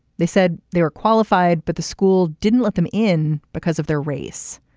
they said they were qualified but the school didn't let them in because of their race.